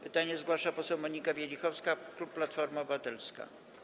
Pytanie zgłasza poseł Monika Wielichowska, klub Platforma Obywatelska.